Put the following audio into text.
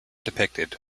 depicted